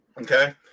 Okay